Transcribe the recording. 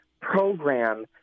program